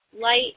light